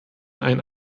einen